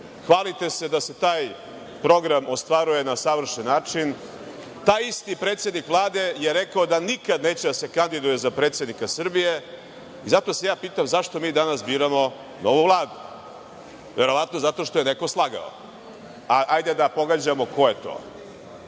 Hvalite se da se taj program ostvaruje na savršen način. Taj isti predsednik Vlade je rekao da nikad neće da se kandiduje za predsednika Srbije i zato se ja pitam zašto mi danas biramo novu Vladu. Verovatno zato što je neko slagao. Hajde da pogađamo ko je to. Kao